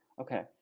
okay